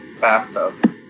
bathtub